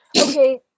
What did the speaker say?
okay